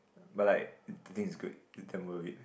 but like the things is good damn worth it